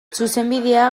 zuzenbidea